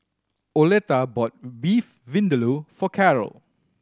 Oleta bought Beef Vindaloo for Carroll